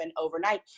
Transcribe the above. overnight